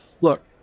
look